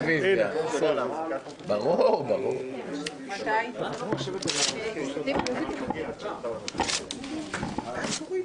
ננעלה בשעה 11:38.